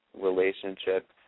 relationship